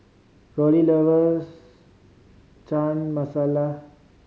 Roxie loves Chana Masala